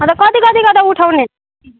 भाडा कति कति गरेर उठाउने